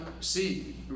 see